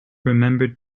remembered